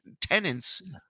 tenants